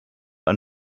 ein